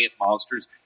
monsters